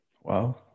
Wow